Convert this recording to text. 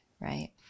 right